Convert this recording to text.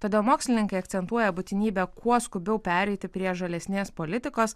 tada mokslininkai akcentuoja būtinybę kuo skubiau pereiti prie žalesnės politikos